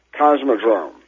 Cosmodrome